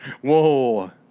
Whoa